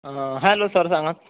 hello sir सांगांत